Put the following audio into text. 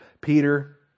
Peter